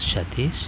Satish